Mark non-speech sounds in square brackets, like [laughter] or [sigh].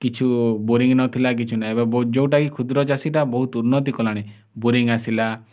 କିଛି ଓ ବୋରିଙ୍ଗ୍ ନଥିଲା କିଛିନାଇଁ ଏବେ [unintelligible] ଯେଉଁଟାକି କ୍ଷୁଦ୍ର ଚାଷୀଟା ବହୁତ ଉନ୍ନତି କଲାଣି ବୋରିଙ୍ଗ୍ ଆସିଲା